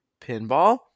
pinball